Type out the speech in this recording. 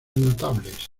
notables